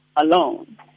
alone